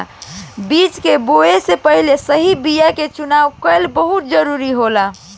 बीज के बोआई से पहिले सही बीया के चुनाव कईल बहुत जरूरी रहेला